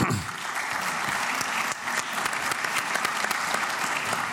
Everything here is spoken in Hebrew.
(מחיאות כפיים)